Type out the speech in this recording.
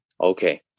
okay